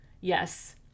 Yes